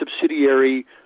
subsidiary